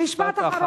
משפט אחרון.